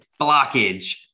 Blockage